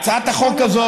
הצעת החוק הזאת,